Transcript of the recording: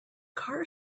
car